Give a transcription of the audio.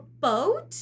boat